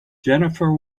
jennifer